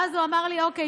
ואז הוא אומר לי: אוקיי,